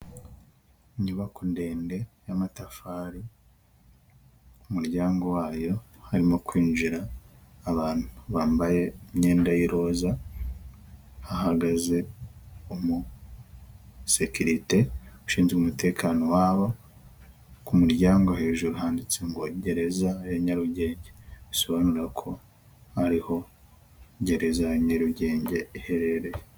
Inyubako ndende y'amatafari, ku muryango wayo harimo kwinjira abantu bambaye imyenda y'iroza, hahagaze umusekirite ushinzwe umutekano waho, ku muryango hejuru handitswe ngo gereza ya Nyarugenge bisobanura ko ari gereza ya Nyarugenge iherereye.